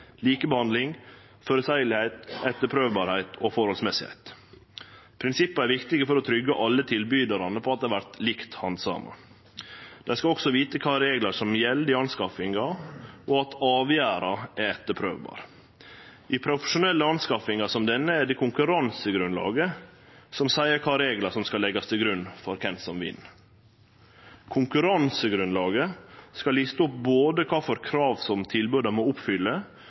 likebehandling, føreseielegheit, etterprøvbarheit og forholdsmessigheit. Prinsippa er viktige for å tryggje alle tilbydarane om at dei vert likt handsama. Dei skal også vite kva reglar som gjeld i anskaffinga, og at avgjerda er etterprøvbar. I profesjonelle anskaffingar som denne er det konkurransegrunnlaget som seier kva reglar som skal leggjast til grunn for kven som vinn. Konkurransegrunnlaget skal liste opp både kva for krav som tilboda må oppfylle,